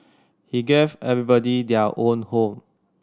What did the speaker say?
he gave everybody their own home